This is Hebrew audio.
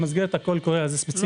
במסגרת הקול קורא הזה ספציפית לא